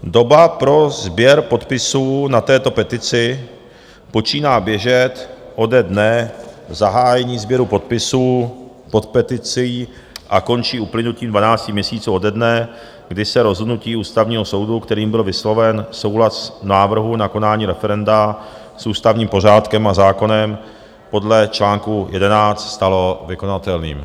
Doba pro sběr podpisů na této petici počíná běžet ode dne zahájení sběru podpisů pod peticí a končí uplynutím dvanácti měsíců ode dne, kdy se rozhodnutí Ústavního soudu, kterým byl vysloven souhlas návrhu na konání referenda s ústavním pořádkem a zákonem podle článku 11 stalo vykonatelným.